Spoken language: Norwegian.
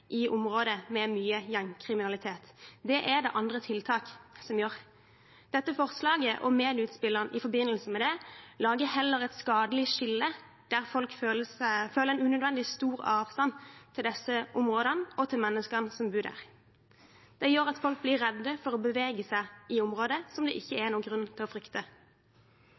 i områder med mye gjengkriminalitet. Det er det andre tiltak som gjør. Dette forslaget og medieutspillene i forbindelse med det lager heller et skadelig skille der folk føler en unødvendig stor avstand til disse områdene og til menneskene som bor der. Det gjør at folk blir redde for å bevege seg i områder som det ikke er noen grunn til å frykte.